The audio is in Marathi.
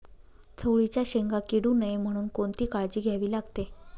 चवळीच्या शेंगा किडू नये म्हणून कोणती काळजी घ्यावी लागते?